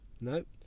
Nope